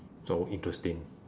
so interesting